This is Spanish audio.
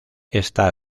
está